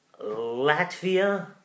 Latvia